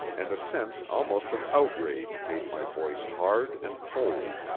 and a sense almost of outrage made my voice hard and cold.